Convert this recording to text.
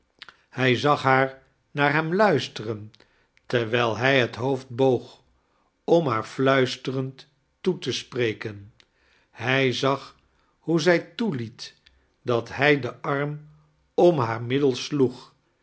hij zag haair naar hem luisteren terwijl hij het hoofd boog om haar fludsterend toe te spreken hij zag hoe zij toeliet dat hij den arm om haar middel sloeg